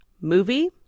movie